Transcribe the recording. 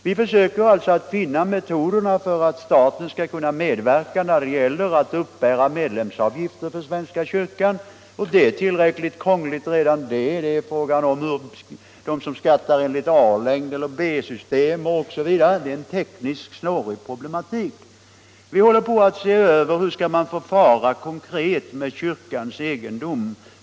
Vi försöker alltså att finna metoder för staten att medverka när det gäller att uppbära medlemsavgifter till svenska kyrkan. Det är tillräckligt krångligt redan det med tanke på att somliga skattar enligt A-längd, andra enligt B-system, osv. Det är en tekniskt snårig problematik. Vi håller på och ser över hur man konkret skall förfara med kyrkans egendom.